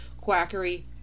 quackery